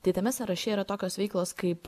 tai tame sąraše yra tokios veiklos kaip